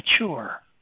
mature